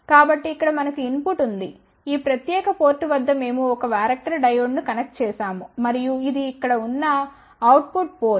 కాబట్టి ఇక్కడ మనకు ఇన్ పుట్ ఉంది ఈ ప్రత్యేక పోర్టు వద్ద మేము ఒక వరక్టర్ డయోడ్ను కనెక్ట్ చేసాము మరియు ఇది ఇక్కడ ఉన్న అవుట్ పుట్ పోర్ట్